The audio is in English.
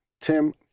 Tim